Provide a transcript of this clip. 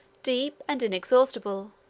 deep and inexhaustible,